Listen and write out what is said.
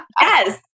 Yes